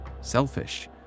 selfish